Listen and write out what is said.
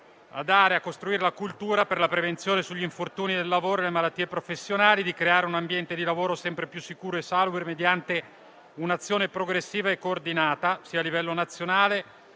a costruire la cultura per la prevenzione degli infortuni sul lavoro e delle malattie professionali e a creare un ambiente di lavoro sempre più sicuro e salubre mediante un'azione progressiva e coordinata sia a livello nazionale